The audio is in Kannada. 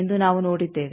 ಎಂದು ನಾವು ನೋಡಿದ್ದೇವೆ